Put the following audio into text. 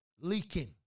Leaking